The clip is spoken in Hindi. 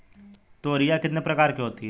तोरियां कितने प्रकार की होती हैं?